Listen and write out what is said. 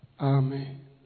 Amen